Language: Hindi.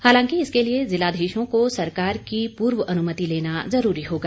हालांकि इसके लिए जिलाधीशों को सरकार की पूर्व अनुमति लेना जरूरी होगा